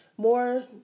more